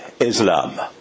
Islam